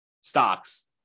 stocks